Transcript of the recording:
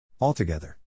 Altogether